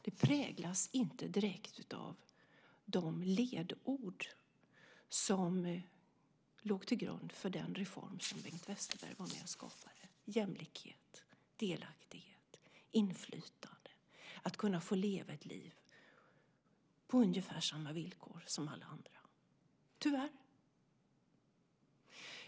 Det präglas inte direkt av de ledord som låg till grund för den reform som Bengt Westerberg var med och skapade: jämlikhet, delaktighet och inflytande. Det handlar om att få kunna leva ett liv på ungefär samma villkor som alla andra. Det är tyvärr så.